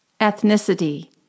Ethnicity